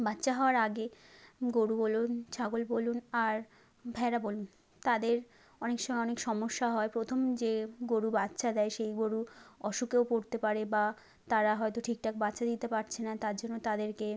বাচ্চা হওয়ার আগে গরু বলুন ছাগল বলুন আর ভেড়া বলুন তাদের অনেক সময় অনেক সমস্যা হয় প্রথম যে গরু বাচ্চা দেয় সেই গরু অসুখেও পড়তে পারে বা তারা হয়তো ঠিকঠাক বাচ্চা দিতে পারছে না তার জন্য তাদেরকে